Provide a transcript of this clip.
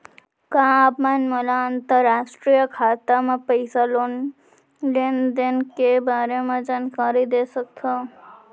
का आप मन मोला अंतरराष्ट्रीय खाता म पइसा लेन देन के बारे म जानकारी दे सकथव?